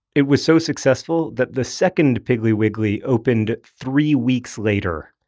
it was so successful that the second piggly wiggly opened three weeks later.